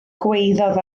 gwaeddodd